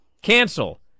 cancel